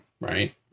right